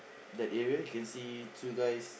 that area you can see two guys